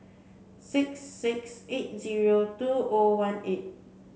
six six eight zero two O one eight